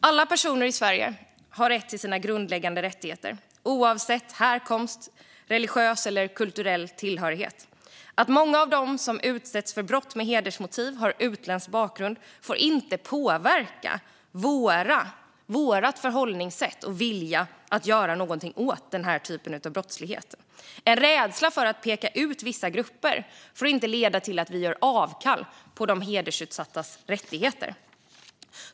Alla personer i Sverige har rätt till sina grundläggande rättigheter, oavsett härkomst eller religiös eller kulturell tillhörighet. Att många av dem som utsätts för brott med hedersmotiv har utländsk bakgrund får inte påverka vårt förhållningssätt och vår vilja att göra någonting åt denna typ av brottslighet. En rädsla för att peka ut vissa grupper får inte leda till att vi gör avkall på de hedersutsattas rättigheter.